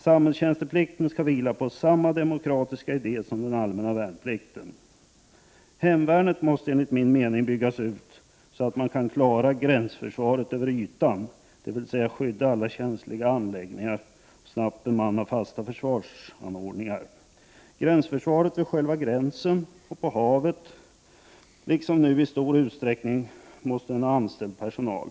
Samhällstjänsteplikten skall vila på samma demokratiska idé som den allmänna värnplikten. Hemvärnet måste enligt min mening byggas ut, så att man kan klara Prot. 1988/89:42 gränsförsvaret över ytan, dvs. skydda alla känsliga anläggningar och snabbt 9 december 1988 bemanna fasta försvarsanordningar. Gränsförsvaret vid själva gänsen och — AK på havet måste liksom nu i stor utsträckning ha anställd personal.